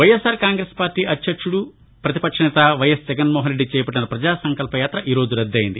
YSR Congress party అధ్యక్షుడు ఏపీ పతిపక్ష నేత వైఎస్ జగన్మోహన్ రెడ్డి చేపట్టిన ప్రపజాసంకల్పయాత ఈ రోజు రద్దయింది